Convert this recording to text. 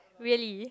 really